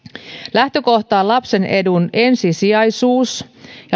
lähtökohta on lapsen edun ensisijaisuus